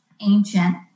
ancient